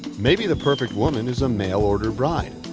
maybe the perfect woman is a mail-order bride.